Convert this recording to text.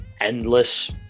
endless